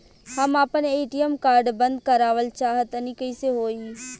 हम आपन ATM card बंद करावल चाह तनि कइसे होई?